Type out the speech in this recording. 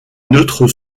neutres